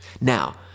Now